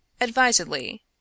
advisedly